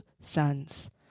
sons